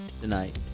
tonight